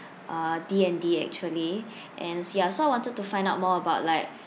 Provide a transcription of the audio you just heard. uh D and D actually and s~ ya so I wanted to find out more about like